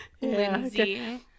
Lindsay